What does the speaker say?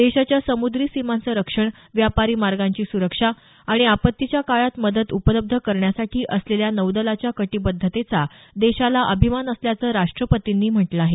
देशाच्या समुद्री सीमांचं रक्षण व्यापारी मार्गांची सुरक्षा आणि आपत्तीच्या काळात मदत उपलब्ध करण्यासाठी असलेल्या नौदलाच्या कटिबद्धतेचा देशाला अभिमान असल्याचं राष्ट्रपतींनी म्हटलं आहे